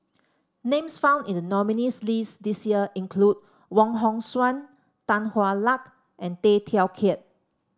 names found in the nominees' list this year include Wong Hong Suen Tan Hwa Luck and Tay Teow Kiat